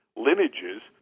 lineages